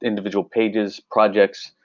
individual pages, projects,